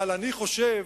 אבל אני חושב